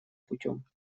путем